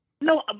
No